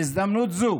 בהזדמנות זו,